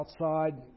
outside